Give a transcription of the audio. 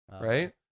right